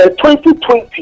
2020